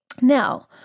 Now